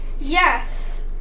Yes